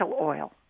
oil